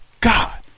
God